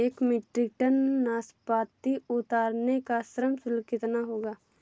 एक metric tonne नाशपाती उतारने का श्रम शुल्क कितना होगा?